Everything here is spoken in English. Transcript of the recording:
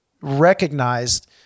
recognized